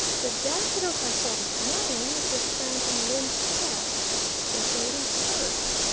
the daffodils i saw this morning which were found on lyne's chest were golden spurs.